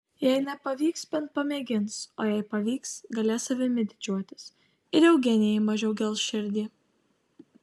jei nepavyks bent pamėgins o jei pavyks galės savimi didžiuotis ir eugenijai mažiau gels širdį